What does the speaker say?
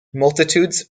multitudes